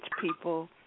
people